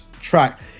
track